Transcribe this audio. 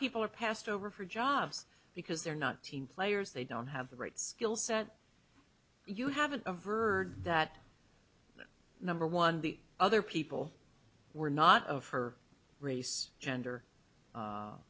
people are passed over for jobs because they're not team players they don't have the right skill set you have a verb that number one the other people were not of her race gender